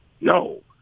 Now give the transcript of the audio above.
No